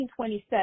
1927